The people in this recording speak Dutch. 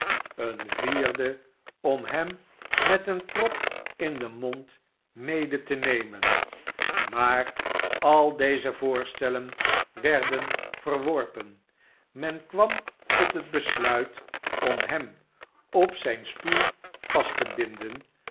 een vierde om hem met eene prop in den mond mede te nemen maar al deze voorstellen werden verworpen men kwam tot het besluit om hem op zijn stoel vast te binden